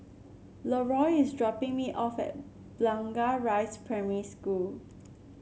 Leroy is dropping me off at Blangah Rise Primary School